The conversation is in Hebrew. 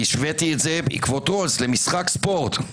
השוויתי את זה בעקבותיו למשחק ספורט,